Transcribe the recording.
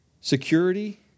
security